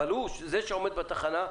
אבל זה שעומד בתחנה,